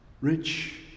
rich